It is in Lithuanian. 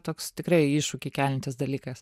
toks tikrai iššūkį keliantis dalykas